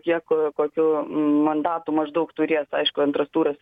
kiek kokių mandatų maždaug turės aišku antras turas